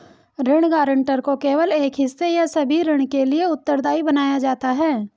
ऋण गारंटर को केवल एक हिस्से या सभी ऋण के लिए उत्तरदायी बनाया जाता है